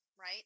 right